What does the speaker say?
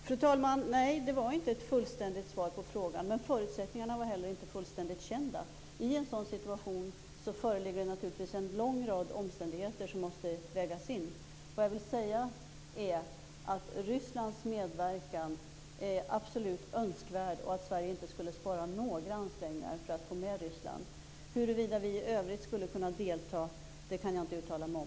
Fru talman! Nej, det var inte ett fullständigt svar på frågan, men förutsättningarna var heller inte fullständigt kända. I en sådan situation föreligger naturligtvis en lång rad omständigheter som måste vägas in. Vad jag vill säga är att Rysslands medverkan är absolut önskvärd och att Sverige inte skulle spara några ansträngningar för att få med Ryssland. Huruvida vi i övrigt skulle kunna delta kan jag inte uttala mig om.